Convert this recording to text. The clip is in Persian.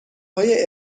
های